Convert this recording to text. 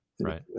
Right